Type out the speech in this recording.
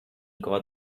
got